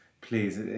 please